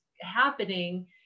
happening